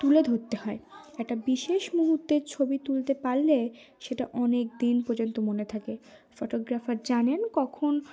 তুলে ধরতে হয় একটা বিশেষ মুহূর্তের ছবি তুলতে পারলে সেটা অনেক দিন পর্যন্ত মনে থাকে ফটোগ্রাফার জানেন কখন